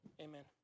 Amen